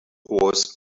horse